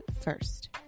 first